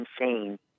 insane